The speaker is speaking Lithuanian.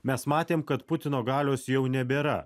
mes matėm kad putino galios jau nebėra